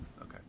okay